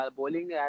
bowling